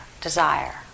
desire